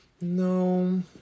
no